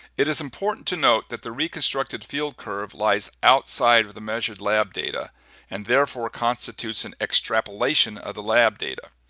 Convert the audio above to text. it is important to note that the reconstructed field curve lies outside of the measured lab data and therefore constitutes an extrapolation of the lab data.